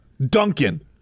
Duncan